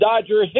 Dodger